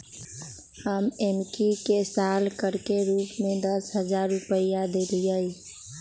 हम एम्की के साल कर के रूप में दस हज़ार रुपइया देलियइ